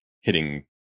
hitting